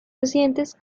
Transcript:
recientes